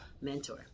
mentor